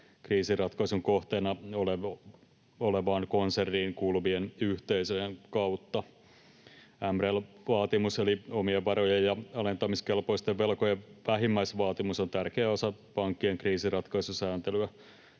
kriisiratkaisun kohteena olevaan konserniin kuuluvien yhteisöjen kautta. MREL-vaatimus, eli omien varojen ja alentamiskelpoisten velkojen vähimmäisvaatimus, on tärkeä osa pankkien kriisinratkaisusääntelyä.